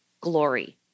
glory